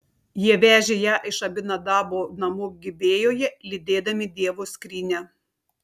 jie vežė ją iš abinadabo namų gibėjoje lydėdami dievo skrynią